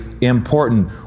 important